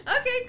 Okay